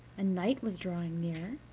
and night was drawing near,